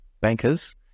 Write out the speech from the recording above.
bankers